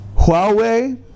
Huawei